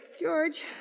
George